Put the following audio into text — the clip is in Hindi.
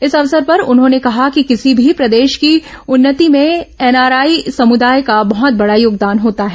इस अवसर पर उन्होंने कहा कि किसी भी प्रदेश की उन्नति में एनआरआई समुदाय का बहत बड़ा योगदान होता है